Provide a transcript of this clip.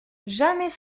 jamais